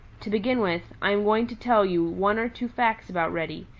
to begin with, i am going to tell you one or two facts about reddy,